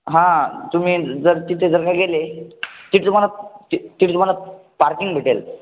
हां तुम्ही जर तिथे जर का गेले तिथे तुम्हाला तर तिथे तुम्हाला पार्किंग भेटेल